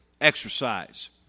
exercise